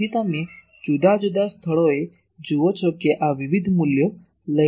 તેથી તમે જુદા જુદા સ્થળોએ જુઓ છો કે આ વિવિધ મૂલ્યો લઈ રહ્યું છે